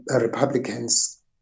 Republicans